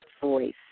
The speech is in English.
voice